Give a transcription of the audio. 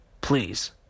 Please